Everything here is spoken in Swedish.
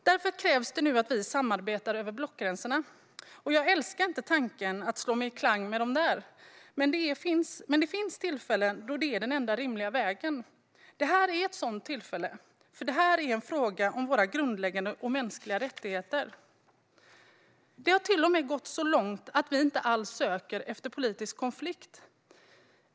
Därför krävs det nu att vi samarbetar över blockgränserna. Jag älskar inte tanken på att slå mig i slang med dem där, men det finns tillfällen då det är den enda rimliga vägen. Detta är ett sådant tillfälle, för denna fråga handlar om våra grundläggande mänskliga rättigheter. Det har till och med gått så långt att vi inte alls söker politisk konflikt.